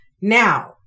Now